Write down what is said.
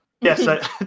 Yes